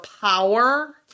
power